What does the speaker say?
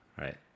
Right